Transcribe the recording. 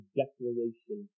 declaration